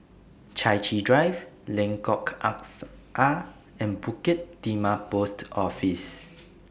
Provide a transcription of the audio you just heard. Chai Chee Drive Lengkok Angsa and Bukit Timah Post Office